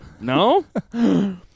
No